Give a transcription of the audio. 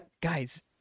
guys